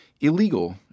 illegal